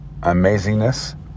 amazingness